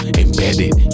embedded